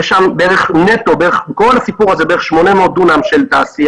יש שם בכל הסיפור הזה נטו בערך 800 דונם של תעשייה.